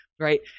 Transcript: Right